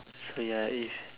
so ya if